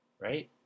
right